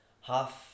half